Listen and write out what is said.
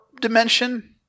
dimension